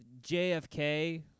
JFK